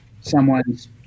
someone's